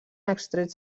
extrets